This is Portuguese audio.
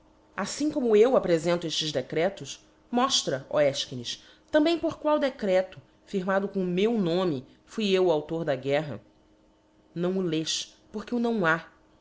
aflim como eu aprefento eftes decretos moftra ó efchines também por qual decreto firmado com o meu nome fui eu o auélor da guerra não o lês porque o não ha